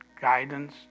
guidance